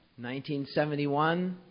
1971